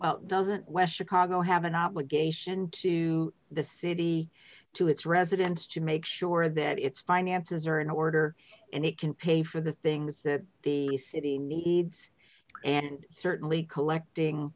doesn't westacott go have an obligation to the city to its residents to make sure that its finances are in order and it can pay for the things that the city needs and certainly collecting